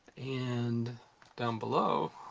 and down below